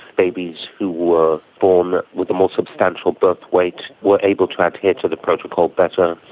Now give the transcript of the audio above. babies who were born with a more substantial birthweight were able to adhere to the protocol better.